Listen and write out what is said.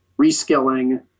reskilling